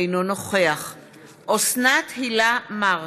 אינו נוכח אוסנת הילה מארק,